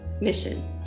mission